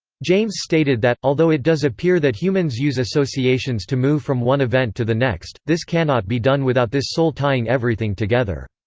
james stated that, although it does appear that humans use associations to move from one event to the next, this cannot be done without this soul tying everything together.